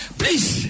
please